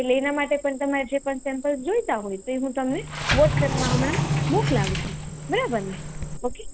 એટલે એના માટે પણ જે પણ સેમ્પલ જોઈતા હોય તે હું તમને વોટ્સેપમાં હમણાં મોકલાવશું બરાબર ને ઓકે